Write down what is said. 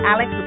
Alex